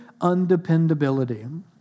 undependability